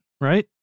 right